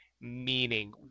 meaning